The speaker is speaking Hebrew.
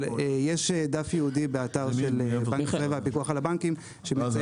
אבל יש דף ייעודי באתר של בנק ישראל והפיקוח על הבנקים שמציין